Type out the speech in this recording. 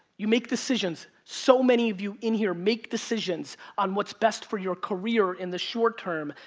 you make decisions, so many of you in here make decisions on what's best for your career in the short-term,